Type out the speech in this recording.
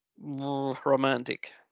romantic